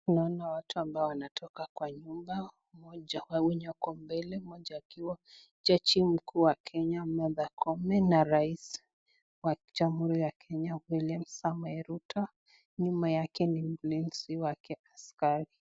Naona watu ambao wanatoka kwa nyumba. Wawili wako mbele, mmoja akiwa jaji mkuu wa Kenya, Martha Koome na rais wa jamhuri ya Kenya, Wiliam Samoei Ruto. Nyuma yake ni mlinzi wake askari.